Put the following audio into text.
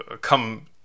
come